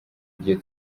iryo